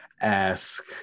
ask